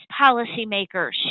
policymakers